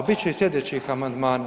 A bit će i sljedećih amandmana.